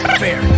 fair